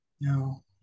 No